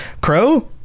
Crow